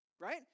right